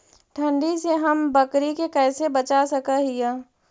ठंडी से हम बकरी के कैसे बचा सक हिय?